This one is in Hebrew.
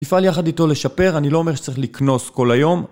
תפעל יחד איתו לשפר, אני לא אומר שצריך לקנוס כל היום